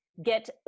get